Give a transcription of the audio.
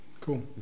Cool